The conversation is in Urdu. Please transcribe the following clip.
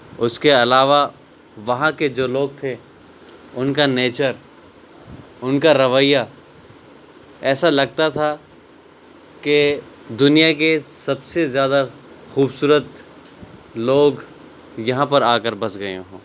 اس کے علاوہ وہاں کے جو لوگ تھے ان کا نیچر ان کا رویہ ایسا لگتا تھا کہ دنیا کے سب سے زیادہ خوبصورت لوگ یہاں پر آ کر بس گئے ہوں